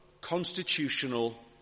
constitutional